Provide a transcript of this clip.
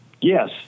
Yes